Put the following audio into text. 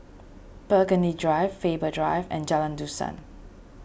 Burgundy Drive Faber Drive and Jalan Dusan